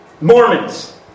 Mormons